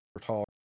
talk